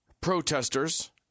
protesters